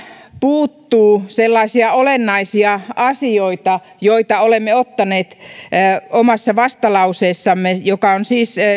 puuttuu sellaisia olennaisia asioita joita olemme ottaneet esiin omassa vastalauseessamme joka on siis